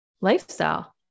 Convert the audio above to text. lifestyle